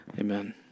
Amen